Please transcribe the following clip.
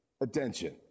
attention